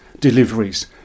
deliveries